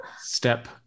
step